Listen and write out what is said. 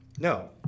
No